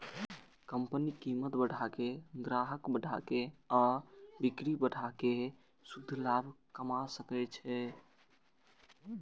company कीमत बढ़ा के, ग्राहक बढ़ा के आ बिक्री बढ़ा कें शुद्ध लाभ कमा सकै छै